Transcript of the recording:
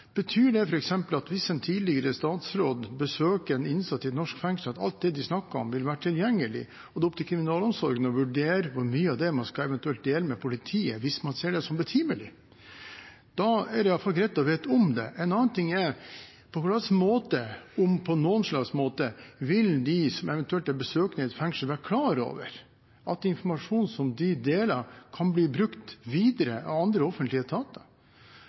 Betyr det f.eks. at hvis en tidligere statsråd besøker en innsatt i et norsk fengsel, så vil alt det de snakker om, være tilgjengelig, og det er opp til kriminalomsorgen å vurdere hvor mye av det man eventuelt skal dele med politiet, hvis man ser det som betimelig? Da er det iallfall greit å vite om det. En annen ting er på hva slags måte – om på noen slags måte – de som eventuelt er besøkende i et fengsel, vil være klar over at informasjon som de deler, kan bli brukt videre av andre offentlige etater.